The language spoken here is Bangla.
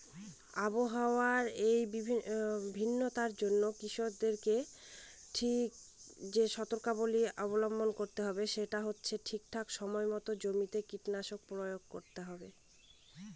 আবহাওয়ার এই ভিন্নতার জন্য কৃষকদের কি কি সর্তকতা অবলম্বন করতে হবে?